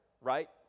right